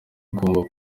ugomba